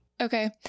Okay